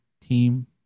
team